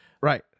Right